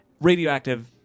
radioactive